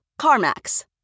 CarMax